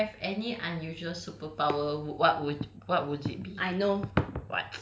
if you had if you have any unusual superpower what would what would it be